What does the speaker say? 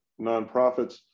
nonprofits